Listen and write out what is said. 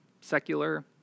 secular